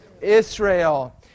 Israel